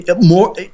more